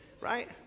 right